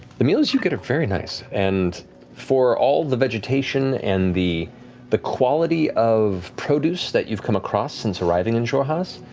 the meals you get are very nice and for all the vegetation and the the quality of produce that you've come across since arriving in xhorhas,